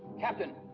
captain!